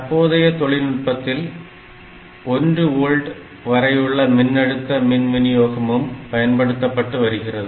தற்போதைய தொழில்நுட்பத்தில் 1 ஓல்ட் வரையுள்ள மின்னழுத்த மின் விநியோகமும் பயன்படுத்தப்பட்டு வருகிறது